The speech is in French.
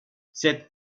cette